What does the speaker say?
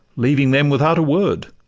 leaving them without a word.